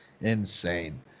insane